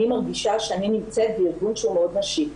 מרגישה שאני נמצאת בארגון שהוא מאוד נשי.